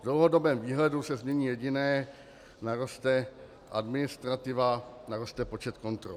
V dlouhodobém výhledu se změní jediné naroste administrativa, naroste počet kontrol.